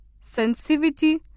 sensitivity